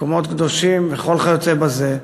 מקומות קדושים וכל היוצא בזה,